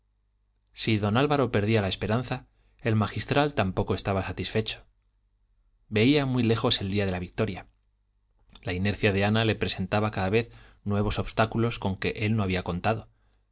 si don álvaro perdía la esperanza el magistral tampoco estaba satisfecho veía muy lejos el día de la victoria la inercia de ana le presentaba cada vez nuevos obstáculos con que él no había contado